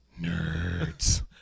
Nerds